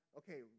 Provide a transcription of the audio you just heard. okay